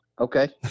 Okay